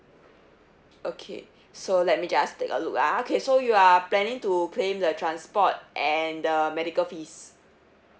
okay so let me just take a look ah okay so you are planning to claim the transport and the medical fees